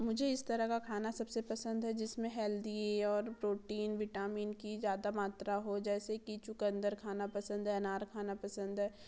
मुझे इस तरह का खाना सबसे पसंद है जिसमें हेल्दी और प्रोटीन विटामिन की ज़्यादा मात्रा हो जैसे कि चुकंदर खाना पसंद है अनार खाना पसंद है